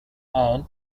and